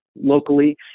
locally